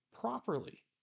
properly